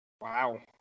Wow